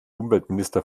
umweltminister